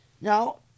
Now